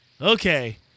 Okay